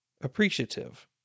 appreciative